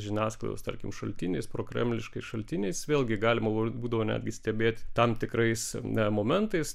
žiniasklaidos tarkim šaltiniais prokremliškais šaltiniais vėlgi galima bu būdavo netgi stebėti tam tikrais ne momentais